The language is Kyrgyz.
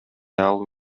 алуу